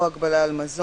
או כדור פורח,